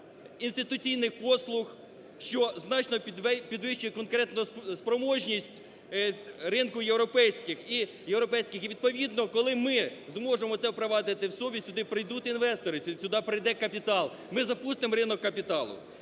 інституційних послуг, що значно підвищує конкурентоспроможність ринку європейських і європейських. І відповідно, коли ми зможемо це впровадити ……. сюди прийдуть інвестори, сюди прийде капітал, ми запустимо ринок капіталу.